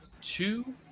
two